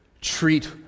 treat